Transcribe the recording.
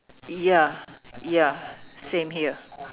ya ya same here